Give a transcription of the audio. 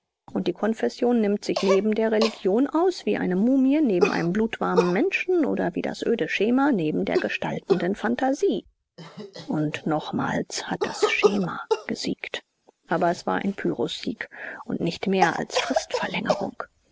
und die konfession nimmt sich neben der religion aus wie eine mumie neben einem blutwarmen menschen oder wie das öde schema neben der gestaltenden phantasie und nochmals hat das schema gesiegt aber es war ein pyrrhussieg und nicht mehr als fristverlängerung